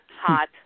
hot